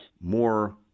more